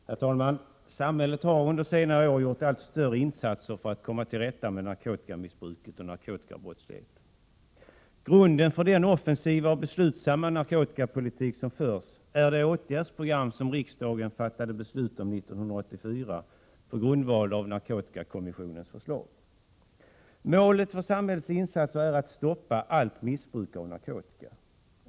Herr talman! Samhället har under senare år gjort allt större insatser för att komma till rätta med narkotikamissbruket och narkotikabrottsligheten. Grunden för den offensiva och beslutsamma narkotikapolitik som förts är det åtgärdsprogram som riksdagen fattade beslut om 1984 på grundval av narkotikakommissionens förslag. Målet för samhällets insatser är att stoppa allt missbruk av narkotika.